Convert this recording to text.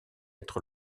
être